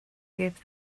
give